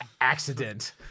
accident